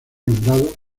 nombrado